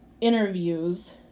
interviews